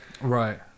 Right